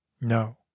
no